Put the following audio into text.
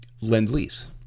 Lend-Lease